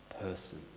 person